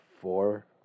Four